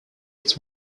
its